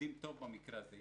עובדים טוב במקרה הזה.